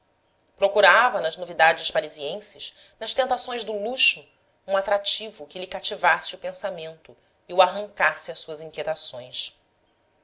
procurava nas novidades parisienses nas tentações do luxo um atrativo que lhe cativasse o pensamento e o arrancasse a suas